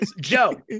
joe